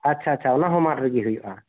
ᱟᱪᱪᱷᱟ ᱟᱪᱪᱷᱟ ᱚᱱᱟᱦᱚᱸ ᱢᱟᱴᱷ ᱨᱮᱜᱮ ᱦᱩᱭᱩᱜᱼᱟ